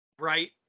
Right